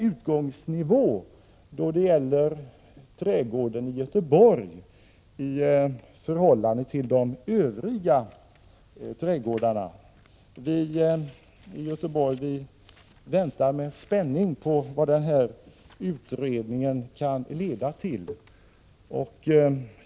Utgångsnivån då det gäller trädgården i Göteborg är ju ändå en helt annan än för de övriga trädgårdarna. I Göteborg väntar vi med spänning på vad denna utredning kan leda till.